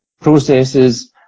processes